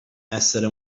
essere